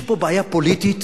יש פה בעיה פוליטית,